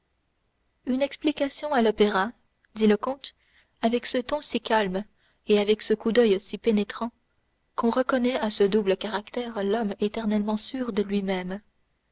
une explication à l'opéra dit le comte avec ce ton si calme et avec ce coup d'oeil si pénétrant qu'on reconnaît à ce double caractère l'homme éternellement sûr de lui-même